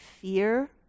fear